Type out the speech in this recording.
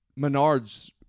Menards